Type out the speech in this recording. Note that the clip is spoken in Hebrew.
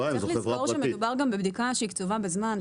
בסופו של דבר מדובר בבדיקה שהיא קצובה בזמן.